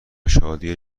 شادی